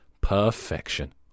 Perfection